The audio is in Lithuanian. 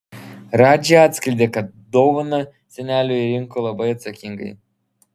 radži atskleidė kad dovaną seneliui rinko labai atsakingai